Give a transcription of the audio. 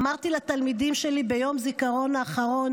אמרתי לתלמידים שלי ביום הזיכרון האחרון